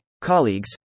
colleagues